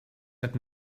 that